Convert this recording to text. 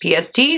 PST